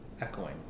echoing